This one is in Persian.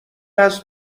هست